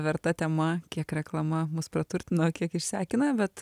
verta tema kiek reklama mus praturtina o kiek išsekina bet